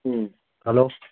ꯎꯝ hello